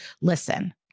Listen